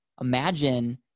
Imagine